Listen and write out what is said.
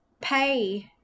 pay